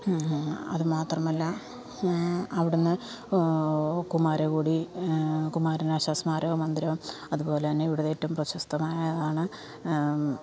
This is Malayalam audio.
അതുമാത്രമല്ല അവിടുന്ന് കുമാരകോടി കുമാരനാശാൻ സ്മാരക മന്ദിരം അതുപോലെ തന്നെ ഇവിടെ ഏറ്റവും പ്രശസ്തമായതാണ്